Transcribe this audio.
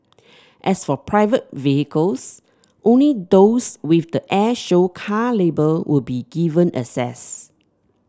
as for private vehicles only those with the air show car label will be given access